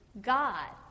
God